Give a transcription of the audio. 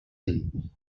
dir